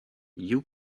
you